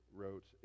wrote